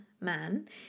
man